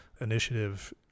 initiative